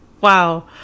Wow